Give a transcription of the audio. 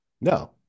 No